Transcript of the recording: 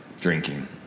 drinking